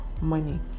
money